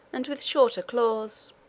and with shorter claws.